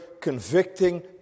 convicting